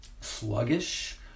sluggish